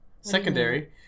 Secondary